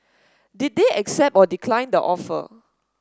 did they accept or decline the offer